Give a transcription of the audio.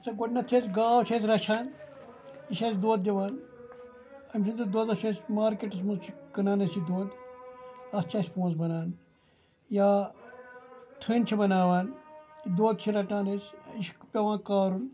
وٕچھ سا گۄڈنٮ۪تھ چھِ أسۍ گاو چھِ أسۍ رَچھان یہِ چھِ اَسہِ دۄد دِوان أمۍ سٕنٛدِس دۄدَس چھِ اَسہِ مارکیٹَس منٛز چھِ کٕنان أسۍ یہِ دۄد اَتھ چھِ اَسہِ پونٛسہٕ بَنان یا تھٔنۍ چھِ بَناوان یہِ دۄد چھِ رَٹان أسۍ یہِ چھِ پٮ۪وان کارُن